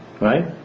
right